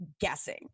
guessing